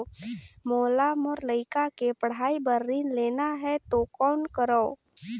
मोला मोर लइका के पढ़ाई बर ऋण लेना है तो कौन करव?